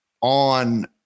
on